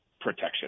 protection